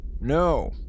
No